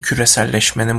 küreselleşmenin